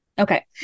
okay